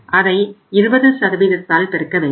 அதை 20 ஆல் பெருக்க வேண்டும்